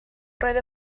roedd